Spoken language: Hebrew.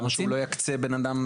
למה שהוא לא יקצה בן אחד?